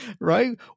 Right